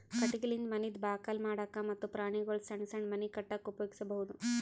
ಕಟಗಿಲಿಂದ ಮನಿದ್ ಬಾಕಲ್ ಮಾಡಕ್ಕ ಮತ್ತ್ ಪ್ರಾಣಿಗೊಳ್ದು ಸಣ್ಣ್ ಸಣ್ಣ್ ಮನಿ ಕಟ್ಟಕ್ಕ್ ಉಪಯೋಗಿಸಬಹುದು